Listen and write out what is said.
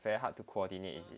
very hard to coordinate is it